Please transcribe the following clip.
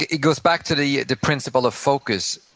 it goes back to the the principle of focus.